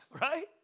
Right